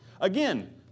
Again